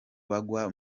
bagwa